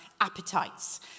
appetites